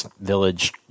village